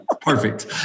perfect